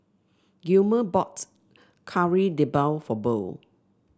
Gilmer brought Kari Debal for Burl